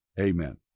amen